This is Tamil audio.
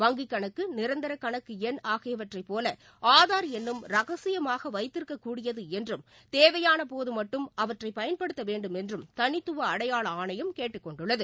வங்கிக்கணக்கு நிரந்தரகணக்குஎண் என்னும் ரகசியமாகவைத்திருக்கக் கூடியதுஎன்றும் தேவையானபோதுமட்டும் அவற்றைபயன்படுத்தவேண்டுமென்றும் தனித்துவஅடையாளஆணையம் கேட்டுக் கொண்டுள்ளது